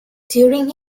during